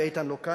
ואיתן לא כאן,